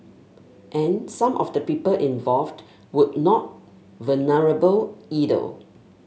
and some of the people involved would not vulnerable